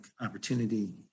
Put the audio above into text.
opportunity